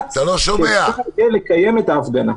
המאמץ שאפשר יהיה לקיים את ההפגנה,